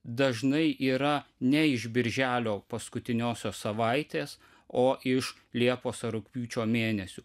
dažnai yra ne iš birželio paskutiniosios savaitės o iš liepos ar rugpjūčio mėnesių